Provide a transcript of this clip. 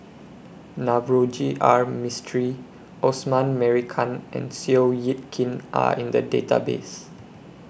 Navroji R Mistri Osman Merican and Seow Yit Kin Are in The Database